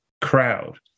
crowd